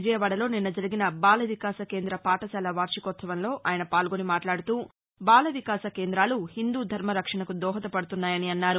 విజయవాడలో నిన్న జరిగిన బాల వికాస కేంద్ర పాఠశాల వార్టికోత్సవంలో ఆయన పాల్గొని మాట్లాడుతూ బాల వికాస కేంద్రాలు హిందూ ధర్మరక్షణకు దోహదపడుతున్నాయని అన్నారు